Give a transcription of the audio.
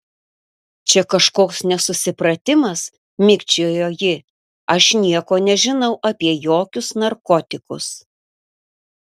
čia kažkoks nesusipratimas mikčiojo ji aš nieko nežinau apie jokius narkotikus